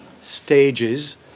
stages